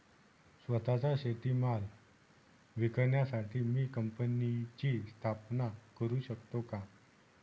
स्वत:चा शेतीमाल विकण्यासाठी मी कंपनीची स्थापना करु शकतो का?